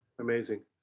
Amazing